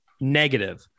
Negative